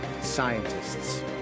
scientists